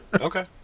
Okay